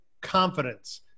Confidence